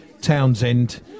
Townsend